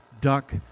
duck